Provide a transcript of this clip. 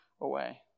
away